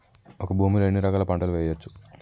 ఒక భూమి లో ఎన్ని రకాల పంటలు వేయచ్చు?